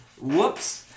Whoops